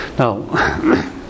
Now